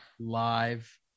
live